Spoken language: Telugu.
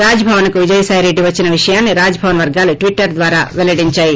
రాజ్ భవన్ కు విజయసాయిరెడ్డి వచ్చిన విషయాన్సి రాజ్ భవన్ వర్గాలు ట్విట్టర్ ద్వారా పెల్లడించాయి